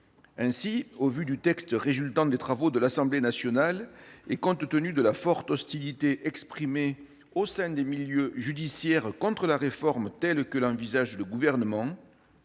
Au vu du texte résultant des travaux de l'Assemblée nationale et compte tenu de la forte hostilité exprimée au sein des milieux judiciaires contre la réforme telle qu'elle est envisagée par le Gouvernement,